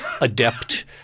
adept